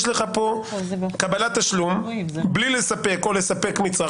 יש לך פה קבלת תשלום בלי לספק או לספק מצרך.